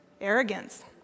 Arrogance